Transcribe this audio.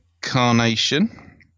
Carnation